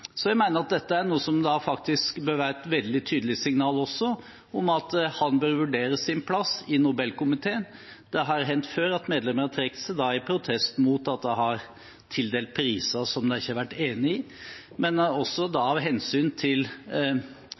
Så jeg mener at dette bør være et veldig tydelig signal også om at han bør vurdere sin plass i Nobelkomiteen. Det har hendt før at medlemmer har trukket seg, da i protest mot at det har vært tildelinger av priser som de ikke har vært enige i. Men også av hensyn til